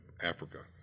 Africa